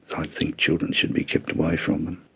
i think children should be kept away from them.